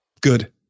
Good